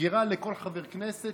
מגירה לכל חבר כנסת,